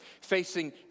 facing